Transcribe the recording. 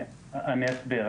אני אסביר.